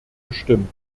gestimmt